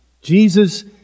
Jesus